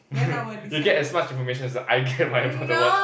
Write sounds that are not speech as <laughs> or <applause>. <laughs> you get as much information as I get when I bought the watch